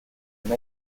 même